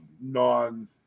non